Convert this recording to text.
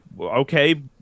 Okay